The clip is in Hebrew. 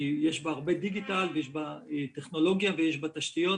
יש בה הרבה דיגיטל ויש בה טכנולוגיה ויש בה תשתיות,